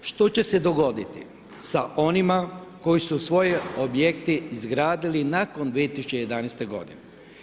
Što se će dogoditi sa onima koji su svoje objekte izgradili nakon 2011. godine?